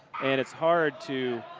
and it's hard to,